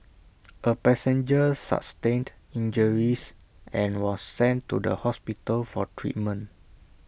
A passenger sustained injuries and was sent to the hospital for treatment